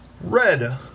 Red